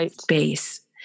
space